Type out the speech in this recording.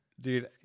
Dude